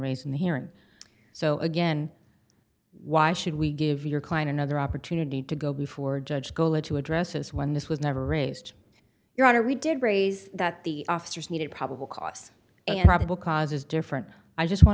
raised in the hearing so again why should we give your client another opportunity to go before a judge goa to address this when this was never raised your honor we did raise that the officers needed probable cause and probable cause is different i just want